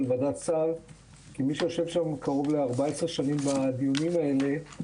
כמי שיושב קרוב ל-14 שנים בדיונים האלה,